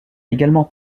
également